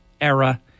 era